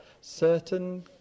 certain